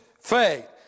faith